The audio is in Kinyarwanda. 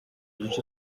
gice